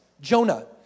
Jonah